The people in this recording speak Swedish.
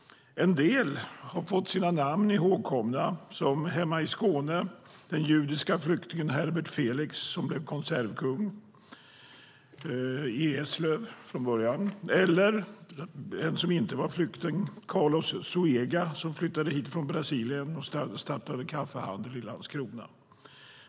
En del har fått sina namn ihågkomna. I Skåne har vi till exempel den judiska flyktingen Herbert Felix som blev konservkung i Eslöv, eller Carlos Zoéga, som inte var flykting, som flyttade hit från Brasilien och startade kaffehandel i Landskrona.